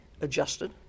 adjusted